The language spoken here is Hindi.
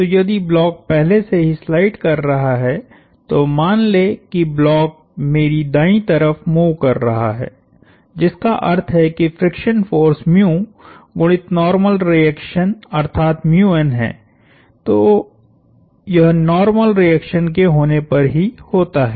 तो यदि ब्लॉक पहले से ही स्लाइड कर रहा है तो मान लें कि ब्लॉक मेरी दाईं तरफ मूव कर रहा है जिसका अर्थ है कि फ्रिक्शन फोर्स गुणित नार्मल रिएक्शन अर्थातहै तो यह नार्मल रिएक्शन के होने पर ही होता है